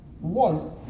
One